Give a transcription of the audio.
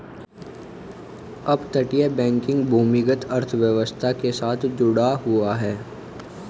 अपतटीय बैंकिंग भूमिगत अर्थव्यवस्था के साथ जुड़ा हुआ है